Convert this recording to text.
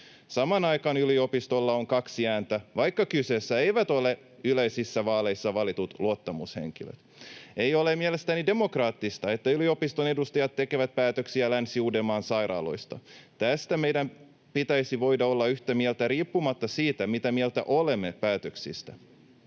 Samaan aikaan yliopistolla on kaksi ääntä, vaikka kyseessä eivät ole yleisissä vaaleissa valitut luottamushenkilöt. Ei ole mielestäni demokraattista, että yliopiston edustajat tekevät päätöksiä Länsi-Uudenmaan sairaaloista. Tästä meidän pitäisi voida olla yhtä mieltä riippumatta siitä, mitä mieltä olemme päätöksistä.